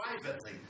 privately